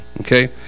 okay